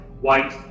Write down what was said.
white